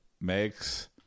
makes